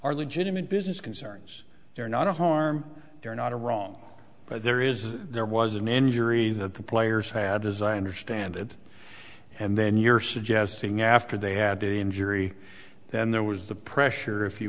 are legitimate business concerns they're not a harm they're not a wrong but there is there was an injury that the players had designed or stand it and then you're suggesting after they had a injury then there was the pressure if you